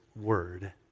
word